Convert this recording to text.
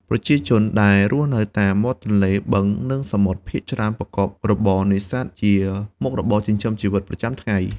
ប្រជាជនដែលរស់នៅតាមមាត់ទន្លេ បឹង និងសមុទ្រ ភាគច្រើនប្រកបរបរនេសាទជាមុខរបរចិញ្ចឹមជីវិតប្រចាំថ្ងៃ។